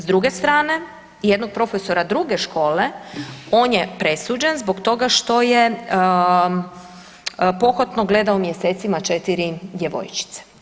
S druge strane jednog profesora druge škole, on je presuđen zbog toga što je pohotno gledao mjesecima 4 djevojčice.